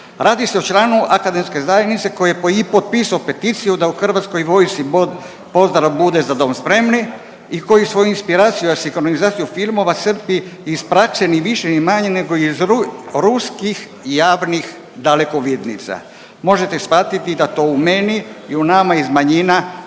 Radi se o članu Akademske zajednice koji je i potpisao peticiju da u HV-u pozdrav bude „Za dom spremni“ i koji svoju inspiraciju, a i sinkronizaciju filmova crpi iz praćenih više ni manje nego iz ruskih javnih dalekovidnica. Možete shvatiti da to u meni i u nama iz manjina